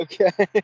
Okay